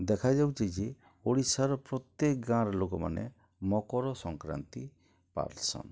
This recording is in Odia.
ଦେଖା ଯାଉଛି ଯେ ଓଡ଼ିଶାର ପ୍ରତ୍ୟେକ ଗାଁର ଲୋକମାନେ ମକର ସଂକ୍ରାନ୍ତି ପାଳ୍ସନ